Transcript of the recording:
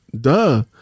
duh